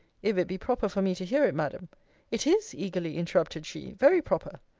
if it be proper for me to hear it, madam it is, eagerly interrupted she, very proper.